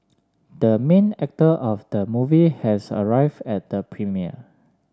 the main actor of the movie has arrived at the premiere